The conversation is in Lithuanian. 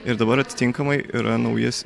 ir dabar atitinkamai yra naujas